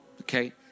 okay